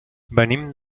venim